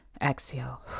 exhale